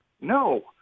no